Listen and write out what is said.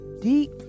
deep